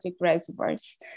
reservoirs